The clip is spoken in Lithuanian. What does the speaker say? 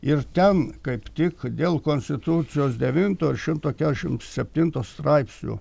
ir ten kaip tik dėl konstitucijos devinto ir šimto kedešim septinto straipsnio